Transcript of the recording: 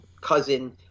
cousin